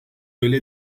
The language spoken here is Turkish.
öyle